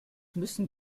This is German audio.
müssen